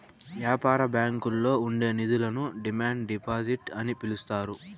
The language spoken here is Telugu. యాపార బ్యాంకుల్లో ఉండే నిధులను డిమాండ్ డిపాజిట్ అని పిలుత్తారు